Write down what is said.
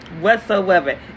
whatsoever